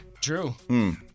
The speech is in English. True